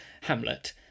Hamlet